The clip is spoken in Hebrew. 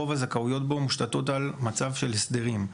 רוב הזכאויות בו מושתתות על מצב של הסדרים.